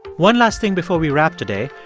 one last thing before we wrap today.